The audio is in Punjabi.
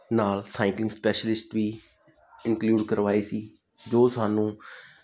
ਨਾਲ ਸਾਈਕਲ ਸਪੈਸ਼ਲਿਸਟ ਵੀ ਇੰਕਲੂਡ ਕਰਵਾਏ ਸੀ ਜੋ ਸਾਨੂੰ